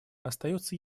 остается